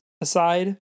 aside